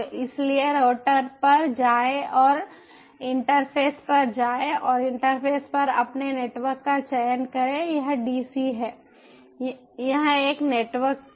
इसलिए राउटर पर जाएं और इंटरफ़ेस पर जाएं और इंटरफ़ेस पर अपने नेटवर्क का चयन करें यह डीसी है यह एक नेटवर्क है